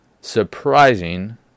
surprising